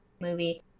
movie